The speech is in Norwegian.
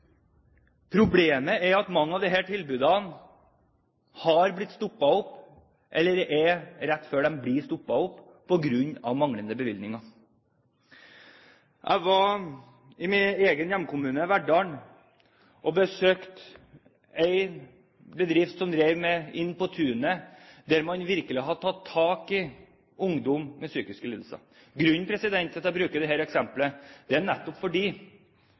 Problemet er at mange av disse tilbudene har blitt stoppet, eller det er rett før de blir stoppet, på grunn av manglende bevilgninger. Jeg var i min egen hjemkommune, Verdal, og besøkte en Inn på tunet-bedrift, der man virkelig har tatt tak i ungdom med psykiske lidelser. Grunnen til at jeg bruker dette eksempelet, er nettopp at denne gruppen utgjør den nest største gruppen blant de sykmeldte. Det er en av de